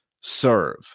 serve